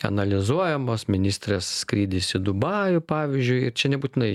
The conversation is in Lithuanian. analizuojamos ministrės skrydis į dubajų pavyzdžiui čia nebūtinai